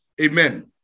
Amen